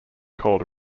called